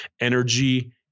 energy